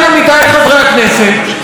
אדוני היושב-ראש,